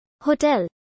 Hotel